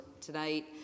tonight